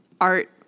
art